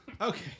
okay